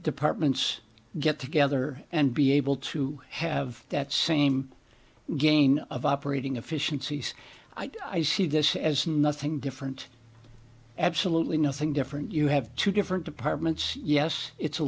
departments get together and be able to have that same gain of operating efficiencies i see this as nothing different absolutely nothing different you have two different departments yes it's a